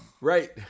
Right